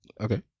Okay